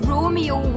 Romeo